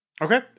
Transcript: Okay